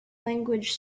language